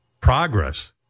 progress